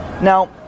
Now